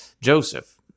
Joseph